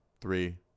three